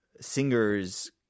singer's